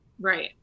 Right